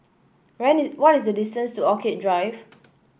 what is the distance to Orchid Drive